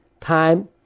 time